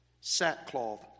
sackcloth